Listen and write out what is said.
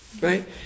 right